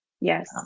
Yes